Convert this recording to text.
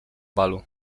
balu